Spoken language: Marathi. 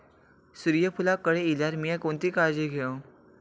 सूर्यफूलाक कळे इल्यार मीया कोणती काळजी घेव?